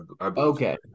okay